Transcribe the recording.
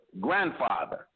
grandfather